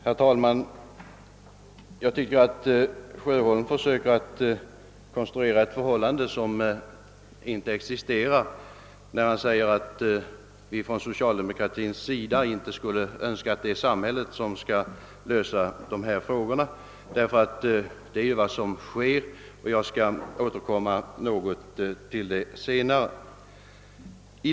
Herr talman! Herr Sjöholm försöker konstruera ett förhållande som inte existerar när han säger att vi från socialdemokratins sida inte skulle önska att samhället skall lösa dessa frågor, ty det är just vad som sker. Jag skall återkomma till detta senare.